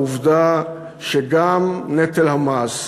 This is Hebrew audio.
העובדה שגם נטל המס,